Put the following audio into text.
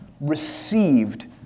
received